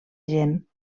gent